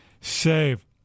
SAVE